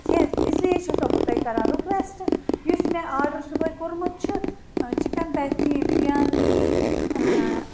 کھیٚتھ اِسلیے چھَسو بہٕ تۄہہِ کَران رِکویٚسٹ یُس مےٚ آڈَر صُبحٲے کوٚرمُت چھُ چِکَن پیٚتھی بِریانی